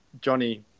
Johnny